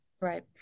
Right